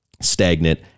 stagnant